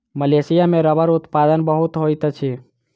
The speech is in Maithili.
मलेशिया में रबड़ उत्पादन बहुत होइत अछि